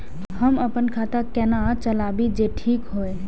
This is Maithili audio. हम अपन खाता केना चलाबी जे ठीक होय?